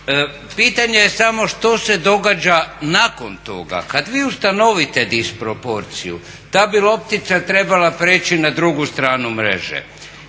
Pitanje je samo što se događa nakon toga. Kad vi ustanovite disproporciju ta bi loptica trebala preći na drugu stranu mreže